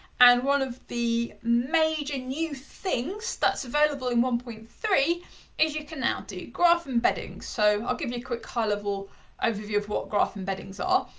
and one of the major new things that's available in one point three is you can now do graph embedding. so, i'll give you a quick high level overview of what graph embeddings are,